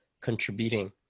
contributing